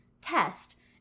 test